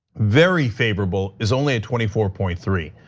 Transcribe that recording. very favorable is only at twenty four point three.